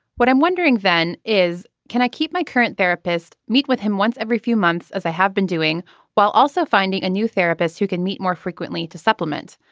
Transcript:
what i'm wondering then is can i keep my current therapist meet with him once every few months as i have been doing while also finding a new therapist who can meet more frequently to supplement.